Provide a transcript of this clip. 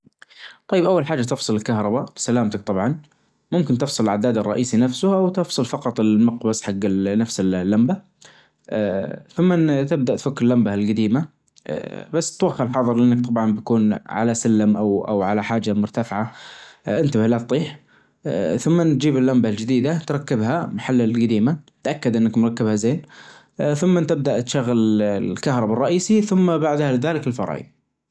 سهل مره تقطع تفاح موز فراولة وعنب تظيف لها عصير برتقال او عسل وتقلبها زين وتصير جاهزة.